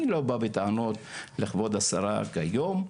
אני לא בא בטענות לכבוד השרה היום,